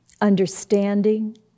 understanding